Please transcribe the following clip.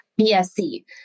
BSC